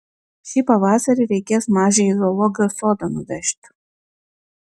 šį pavasarį reikės mažę į zoologijos sodą nuvežti